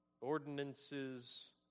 ordinances